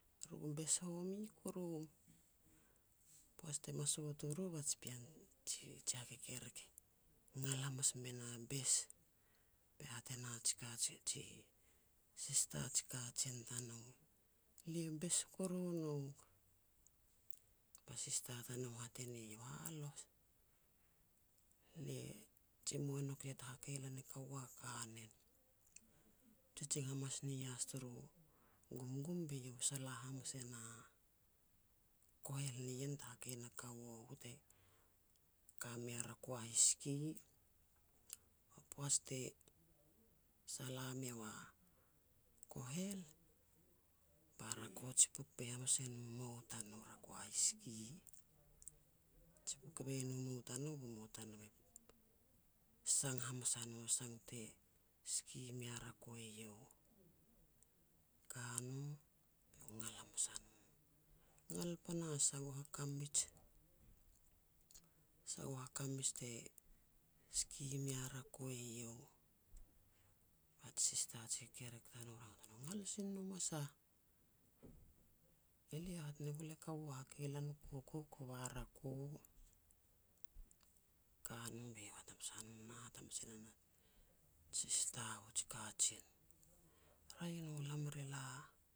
Ru bes home ku rum. Poaj ti me soat u ru, ba ji pean ji-ji hakekerek e ngal hamas me na bes be hat e na jika ji-ji sister ji kajen tanou, "Lia bes koru nouk." Ba sista tanou hat e ne iau, "Halos, le jimou e nouk ya te hakei e lan e kaua kanen." Jijin hamas ni ias turu gumgum be iau e sala hamas e na kohel nien te hakei na kaua u te ka mei a rako a hiski. Ba poaj te sala meiau a kohel, ba rako tsipuk boi hamas e nu mou tanou, rako a hiski. Tsipuk boi hamas e no mou tanou, bu mou tanou e sang hamas a no, sang te siki mea rako eiau. Ka no, be ngal hamas a no. Ngal panahas sagoh a kamij. Sagoh a kamij te siki mea rako eiau. Ba ji sista ji kekerek tanou rangat a no, "Ngal sin e nom a sah." "Elia hat ne gul e kaua hat ne lan u koukou kova rako." Ka no be iau hat hamas a no nah hat hamas e na sista u ji kajen, "Raeh e no, lam re la.